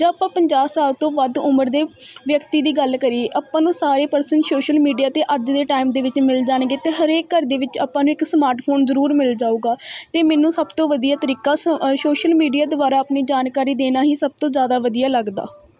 ਜਾਂ ਆਪਾਂ ਪੰਜਾਹ ਸਾਲ ਤੋਂ ਵੱਧ ਉਮਰ ਦੇ ਵਿਅਕਤੀ ਦੀ ਗੱਲ ਕਰੀਏ ਆਪਾਂ ਨੂੰ ਸਾਰੇ ਪਰਸਨ ਸੋਸ਼ਲ ਮੀਡੀਆ 'ਤੇ ਅੱਜ ਦੇ ਟਾਈਮ ਦੇ ਵਿੱਚ ਮਿਲ ਜਾਣਗੇ ਅਤੇ ਹਰੇਕ ਘਰ ਦੇ ਵਿੱਚ ਆਪਾਂ ਨੂੰ ਇੱਕ ਸਮਾਰਟ ਫੋਨ ਜ਼ਰੂਰ ਮਿਲ ਜਾਊਗਾ ਅਤੇ ਮੈਨੂੰ ਸਭ ਤੋਂ ਵਧੀਆ ਤਰੀਕਾ ਸਾ ਸੋਸ਼ਲ ਮੀਡੀਆ ਦੁਆਰਾ ਆਪਣੀ ਜਾਣਕਾਰੀ ਦੇਣਾ ਹੀ ਸਭ ਤੋਂ ਜ਼ਿਆਦਾ ਵਧੀਆ ਲੱਗਦਾ